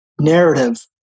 narrative